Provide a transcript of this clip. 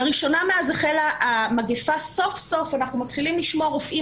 לראשונה מאז החלה המגפה סוף-סוף אנחנו מתחילים לשמוע רופאים